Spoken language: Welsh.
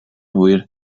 hwyr